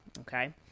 okay